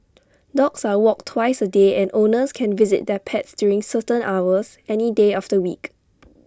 dogs are walked twice A day and owners can visit their pets during certain hours any day of the week